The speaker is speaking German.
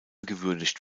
gewürdigt